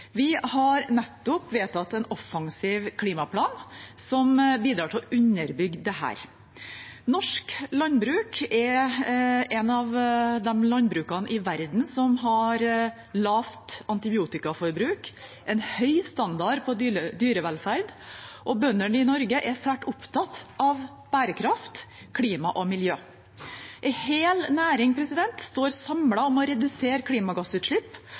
Vi har nettopp vedtatt en offensiv klimaplan som bidrar til å underbygge dette. Norsk landbruk er et av landbrukene i verden som har lavt antibiotikaforbruk og en høy standard på dyrevelferd, og bøndene i Norge er svært opptatt av bærekraft, klima og miljø. En hel næring står samlet om å redusere klimagassutslipp